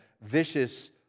vicious